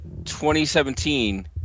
2017